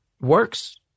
works